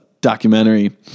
documentary